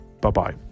Bye-bye